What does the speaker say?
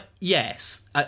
yes